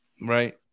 Right